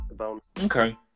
Okay